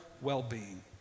well-being